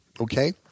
Okay